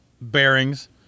bearings